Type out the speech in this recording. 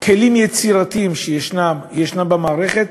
כלים יצירתיים שישנם במערכת,